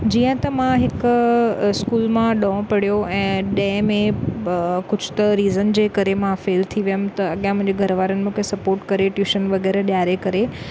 जीअं त मां हिक स्कूल मां ॾहों पढ़ियो ऐं ॾहें में कुझु त रीज़न जे करे मां फेल थी वयमि त अॻियां मुंहिंजे घर वारनि मूंखे सपोर्ट करे ट्यूशन वग़ैरह ॾियारे करे